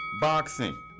boxing